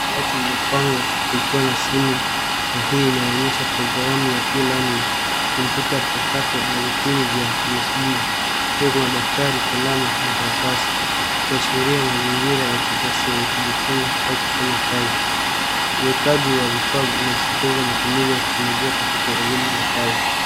Dawati lililopangwa likiwa na simu na hii inaonyesha programu ya e-learning . Kompyuta mpakato ana vipini vya USB. Pia kuna daftari, kalamu na karatasi, ikiashiria mazingira ya kisasa ya kujifunza au kufanya kazi. Uwekaji wa vifaa unasisitiza matumizi ya teknolojia katika elimu na kazi.